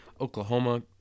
Oklahoma